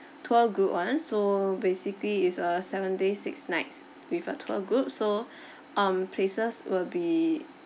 tour group [one] so basically is a seven days six nights with a tour group so um places will be